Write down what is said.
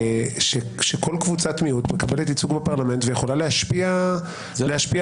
שכל קבוצת מיעוט מקבלת ייצוג בפרלמנט ויכולה להשפיע רבות.